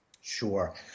Sure